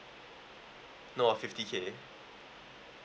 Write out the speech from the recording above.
no fifty K